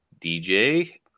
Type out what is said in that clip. DJ